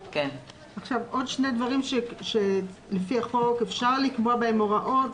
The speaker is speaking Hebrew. עוד שני דברים שלפי החוק אפשר לקבוע בהם הוראות,